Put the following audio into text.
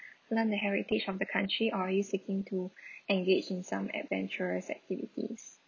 learn the heritage of the country or are you seeking to engage in some adventurous activities